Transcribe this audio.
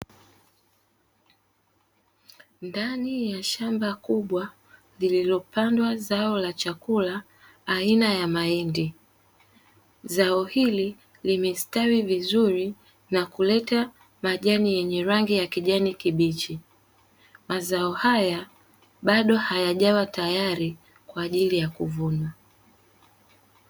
Ndani ya shamba kubwa lililopandwa zao la chakula aina ya mahindi, zao hili limestawi vizuri na kuleta majani yenye rangi ya kijani kibichi, mazao haya bado hayajawa tayari kwa ajili ya kuvuna.